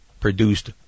produced